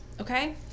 okay